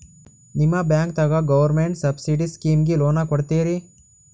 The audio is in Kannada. ನಿಮ ಬ್ಯಾಂಕದಾಗ ಗೌರ್ಮೆಂಟ ಸಬ್ಸಿಡಿ ಸ್ಕೀಮಿಗಿ ಲೊನ ಕೊಡ್ಲತ್ತೀರಿ?